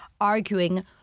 arguing